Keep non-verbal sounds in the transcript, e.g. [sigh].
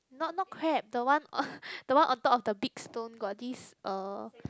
not not crab the one [noise] the one on top of the big stone got this uh